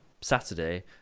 saturday